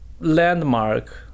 landmark